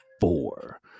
four